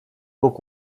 bóg